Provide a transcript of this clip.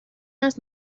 است